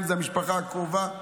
אם זה במשפחה הקרובה.